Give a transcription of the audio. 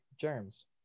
germs